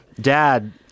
dad